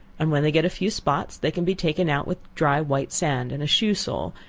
and when they get a few spots, they can be taken out with dry white sand, and a shoe-sole,